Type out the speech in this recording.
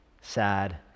sad